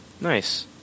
Nice